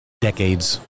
decades